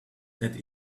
that